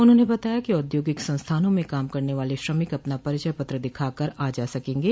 उन्होंने बताया कि औद्योगिक संस्थानों में काम करने वाले श्रमिक अपना परिचय पत्र दिखा कर आ जा सकेंगे